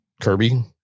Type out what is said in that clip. Kirby